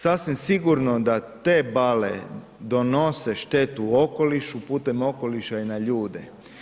Sasvim sigurno da te bale donose štetu u okolišu, putem okoliša i na ljude.